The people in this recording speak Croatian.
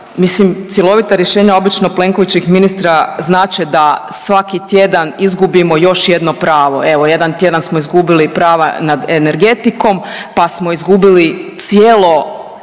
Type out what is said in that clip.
Mislim cjelovita rješenja obično Plenkovićevih ministra znače da svaki tjedan izgubimo još jedno pravo, evo jedan tjedan smo izgubili prava nad energetikom, pa smo izgubili cijelo